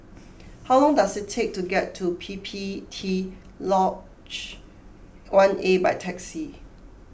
how long does it take to get to P P T Lodge one A by taxi